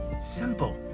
Simple